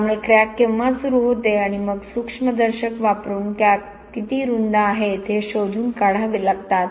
त्यामुळे क्रॅक केव्हा सुरू होते आणि मग सूक्ष्मदर्शक वापरून क्रॅक किती रुंद आहेत हे शोधून काढावे लागतात